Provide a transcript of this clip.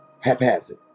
haphazard